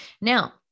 Now